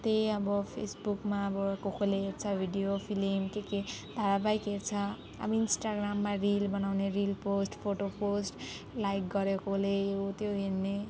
त्यही अब फेसबुकमा अब को कोले हेर्छ भिडियो फिल्म के के धारावाहिक हेर्छ अब इन्स्टाग्राममा रिल बनाउने reel post photo post like गर्यो कोले हो त्यो हेर्ने